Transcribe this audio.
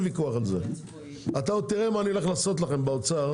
תראה מה אעשה לכם באוצר